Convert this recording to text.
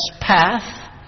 path